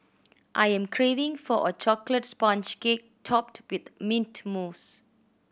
I am craving for a chocolate sponge cake topped with mint mousse